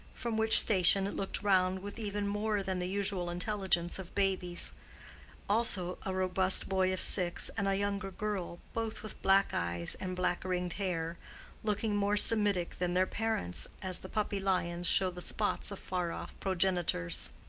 from which station it looked round with even more than the usual intelligence of babies also a robust boy of six and a younger girl, both with black eyes and black-ringed hair looking more semitic than their parents, as the puppy lions show the spots of far-off progenitors.